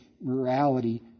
morality